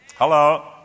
Hello